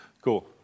Cool